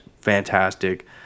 fantastic